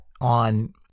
on